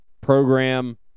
program